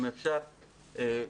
אם אפשר,